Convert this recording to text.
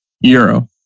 Euro